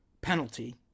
penalty